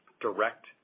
direct